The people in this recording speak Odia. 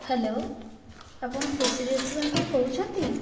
ହ୍ୟାଲୋ ଆପଣ ଖୁସି ରେଷ୍ଟୁରାଣ୍ଟରୁ କହୁଛନ୍ତି